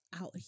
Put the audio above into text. out